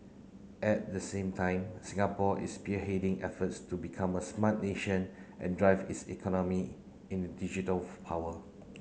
at the same time Singapore is spearheading efforts to become a smart nation and drive its economy in digital of power